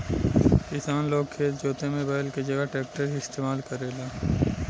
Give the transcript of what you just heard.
किसान लोग खेत जोते में बैल के जगह ट्रैक्टर ही इस्तेमाल करेला